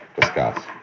discuss